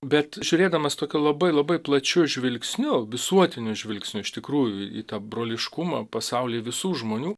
bet žiūrėdamas tokiu labai labai plačiu žvilgsniu visuotiniu žvilgsniu iš tikrųjų į tą broliškumą pasauly visų žmonių